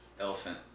Elephant